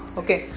okay